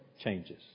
changes